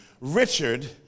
Richard